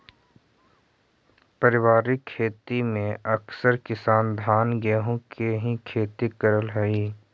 पारिवारिक खेती में अकसर किसान धान गेहूँ के ही खेती करऽ हइ